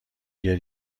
گریه